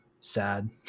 sad